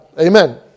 Amen